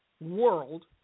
world